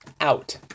Out